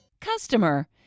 Customer